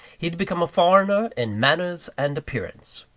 he had become a foreigner in manners and appearance.